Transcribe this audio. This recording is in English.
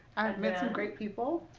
met some great people.